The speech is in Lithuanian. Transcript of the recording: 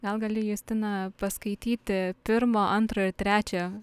gal gali justina paskaityti pirmo antro ir trečio